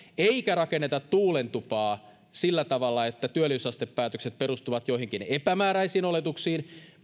eikä rakenneta tuulentupaa sillä tavalla että työllisyysastepäätökset perustuvat joihinkin epämääräisiin oletuksiin